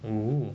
oh